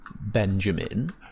Benjamin